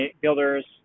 builders